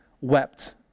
wept